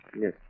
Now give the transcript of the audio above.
Yes